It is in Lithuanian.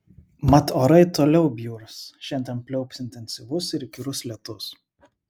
mat orai toliau bjurs šiandien pliaups intensyvus ir įkyrus lietus